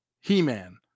He-Man